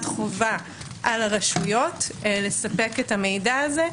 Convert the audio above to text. חובה על רשויות לספק את המידע הזה.